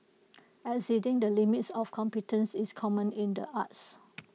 exceeding the limits of competence is common in the arts